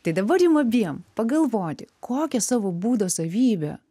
tai dabar jum abiem pagalvoti kokią savo būdo savybę